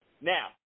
Now